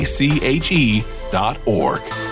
ache.org